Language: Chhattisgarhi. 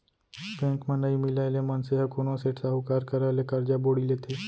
बेंक म नइ मिलय ले मनसे ह कोनो सेठ, साहूकार करा ले करजा बोड़ी लेथे